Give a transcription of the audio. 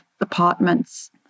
apartments